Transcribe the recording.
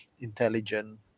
intelligent